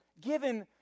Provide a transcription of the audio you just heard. given